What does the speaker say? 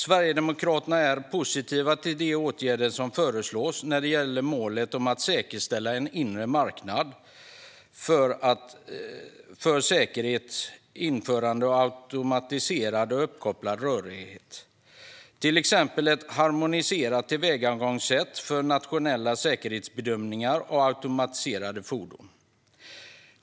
Sverigedemokraterna är positiva till de åtgärder som föreslås när det gäller målet om att säkerställa en inre marknad för säkert införande av automatiserad och uppkopplad rörlighet, till exempel ett harmoniserat tillvägagångssätt för nationella säkerhetsbedömningar av automatiserade fordon.